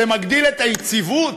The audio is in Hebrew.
זה מגדיל את היציבות?